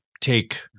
take